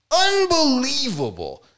unbelievable